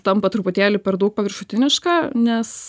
tampa truputėlį per daug paviršutiniška nes